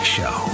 Show